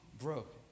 broke